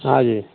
हँ जी